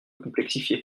complexifier